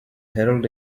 herald